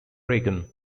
reagan